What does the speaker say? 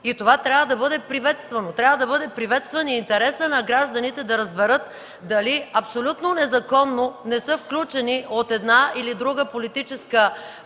Това трябва да бъде приветствано. Трябва да бъде приветстван и интересът на гражданите да разберат дали абсолютно незаконно не са включени от една или друга политическа партия